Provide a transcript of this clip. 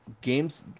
games